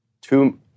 two